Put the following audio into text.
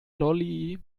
lolli